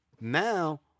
Now